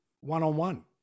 one-on-one